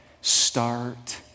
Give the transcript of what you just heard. start